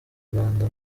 rwanda